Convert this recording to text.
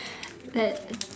but